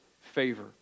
favor